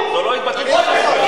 זאת לא התבטאות פרלמנטרית.